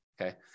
okay